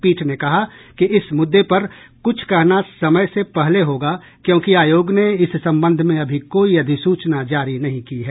पीठ ने कहा कि इस मुद्दे पर कुछ कहना समय से पहले होगा क्योंकि आयोग ने इस संबंध में अभी कोई अधिसूचना जारी नहीं की है